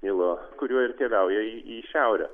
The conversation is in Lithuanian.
nilo kuriuo ir keliauja į šiaurę